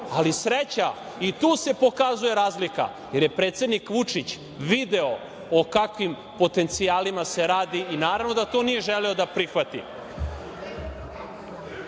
Sreća, i tu se pokazuje razlika, jer je predsednik Vučić video o kakvim potencijalima se radi i naravno da nije želeo da to prihvati. Kažu